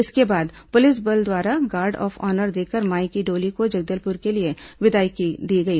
इसके बाद पुलिस बल द्वारा गार्ड ऑफ ऑनर देकर माई की डोली को जगदलपुर के लिए विदाई दी गई